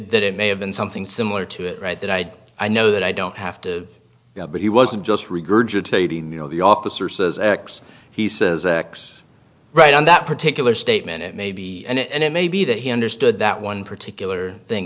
that it may have been something similar to it right that i had i know that i don't have to but he wasn't just regurgitating you know the officer says x he says x right on that particular statement it may be and it may be that he understood that one particular thing